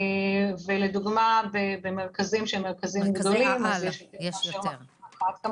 לדוגמה במרכזים שהם מרכזים גדולים יש יותר מאחד.